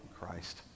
Christ